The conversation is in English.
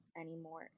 anymore